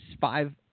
five